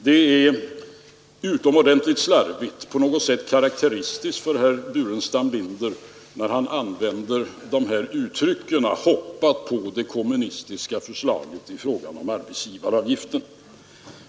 Det är utomordentligt slarvigt, på något sätt karakteristiskt för herr Burenstam Linder, när han använder uttrycket ”hoppade på kommunisternas förslag” i fråga om arbetsgivaravgiften.